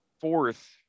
fourth